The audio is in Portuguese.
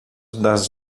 das